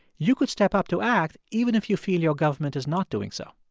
you could step up to act, even if you feel your government is not doing so